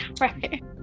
Right